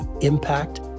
impact